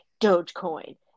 dogecoin